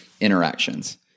interactions